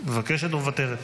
מבקשת או מוותרת?